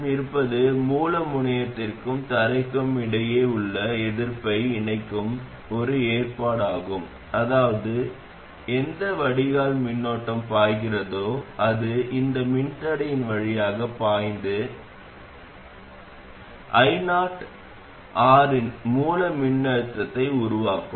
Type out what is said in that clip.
இப்போது மொத்த மின்னோட்டத்திற்குப் பொருந்துவது அதிகரிக்கும் மின்னோட்டங்களுக்கும் கண்டிப்பாகப் பொருந்தும் அதே திட்டத்தை நாங்கள் பயன்படுத்தினோம்